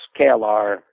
KLR